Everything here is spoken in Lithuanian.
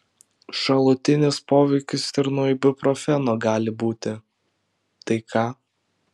šalutinis poveikis ir nuo ibuprofeno gali būti tai ką